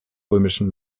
römischen